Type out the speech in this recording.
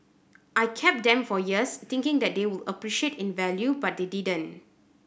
I kept them for years thinking that they would appreciate in value but they didn't